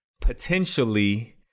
potentially